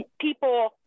people